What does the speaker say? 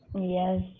Yes